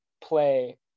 play